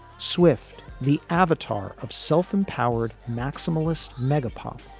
swift, the avatar of self-empowered maximalists mega pop,